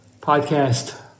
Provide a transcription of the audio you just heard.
podcast